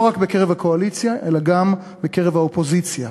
לא רק בקרב הקואליציה, אלא גם בקרב האופוזיציה.